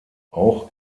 auch